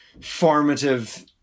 formative